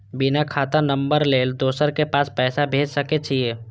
बिना खाता नंबर लेल दोसर के पास पैसा भेज सके छीए?